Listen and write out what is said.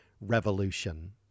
revolution